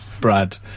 Brad